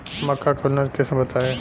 मक्का के उन्नत किस्म बताई?